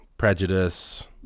Prejudice